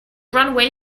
runway